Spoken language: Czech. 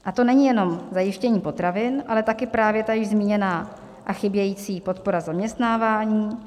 A to není jenom zajištění potravin, ale taky právě již zmíněná a chybějící podpora zaměstnávání.